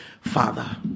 Father